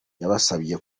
yabasabye